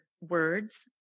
words